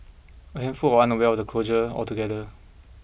a handful were unaware of the closure altogether